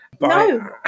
No